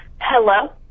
Hello